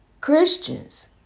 Christians